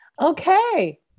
Okay